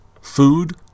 Food